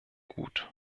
gut